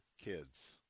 kids